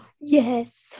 Yes